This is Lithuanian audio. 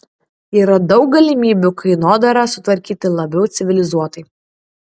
yra daug galimybių kainodarą sutvarkyti labiau civilizuotai